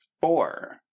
four